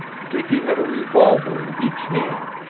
dicky had a revolver in each hand,